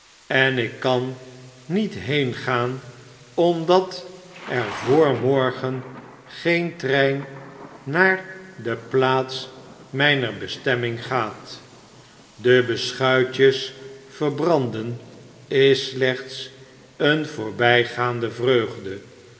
en ik kan niet heengaan omdat er vy morgen geen trein naar de plaats mgner bestemming gaat de beschuitjes verbranden is slechts een voorbggaande vreugde